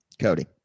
Cody